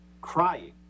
crying